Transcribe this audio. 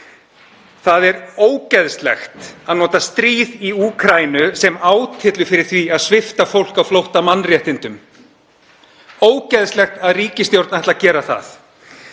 Það er ógeðslegt að nota stríð í Úkraínu sem átyllu fyrir því að svipta fólk á flótta mannréttindum. Ógeðslegt að ríkisstjórnin ætli að gera það.